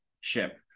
ship